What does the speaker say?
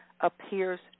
appears